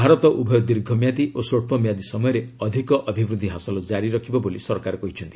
ଭାରତ ଉଭୟ ଦୀର୍ଘମିଆଦୀ ଓ ସ୍ୱଚ୍ଚମିଆଦୀ ସମୟରେ ଅଧିକ ଅଭିବୃଦ୍ଧି ହାସଲ ଜାରି ରଖିବ ବୋଲି ସରକାର କହିଛନ୍ତି